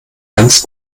ganz